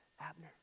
Abner